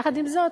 יחד עם זאת,